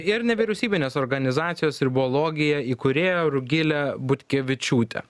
ir nevyriausybinės organizacijos ribologija įkūrėja rugile butkevičiūte